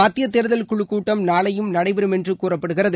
மத்திய தேர்தல் குழு கூட்டம் நாளையும் நடைபெறும் என்று கூறப்படுகிறது